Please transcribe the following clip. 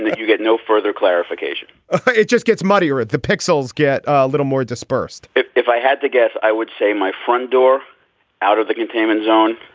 you'll get no further clarification it just gets muddier at the pixels, get a little more dispersed if i had to guess, i would say my front door out of the containment zone,